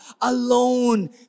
alone